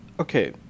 okay